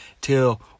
till